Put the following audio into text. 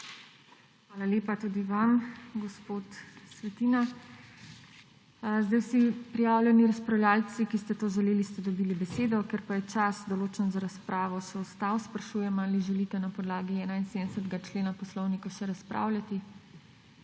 Hvala lepa tudi vam, gospod Svetina. Vsi prijavljeni razpravljavci, ki ste to želeli, ste dobili besedo. Ker pa je čas, določen za razpravo, še ostal, sprašujem, ali želite na podlagi 71. člena Poslovnika še razpravljati.